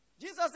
Jesus